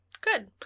good